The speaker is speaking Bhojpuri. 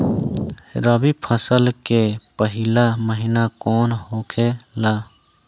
रबी फसल के पहिला महिना कौन होखे ला?